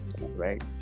right